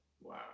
Wow